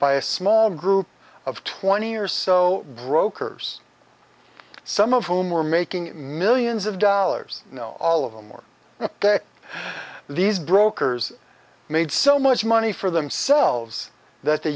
by a small group of twenty or so brokers some of whom were making millions of dollars you know all of them or these brokers made so much money for themselves that the